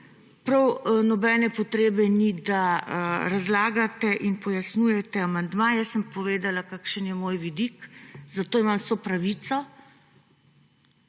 Prav nobene potrebe ni, da razlagate in pojasnjujete amandma. Jaz sem povedala, kakšen je moj vidik, za to imam vso pravico,